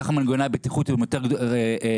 כך מנגנוני הבטיחות יותר נדרשים,